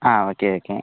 ആ okay okay